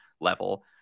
level